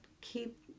keep